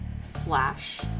slash